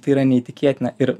tai yra neįtikėtina ir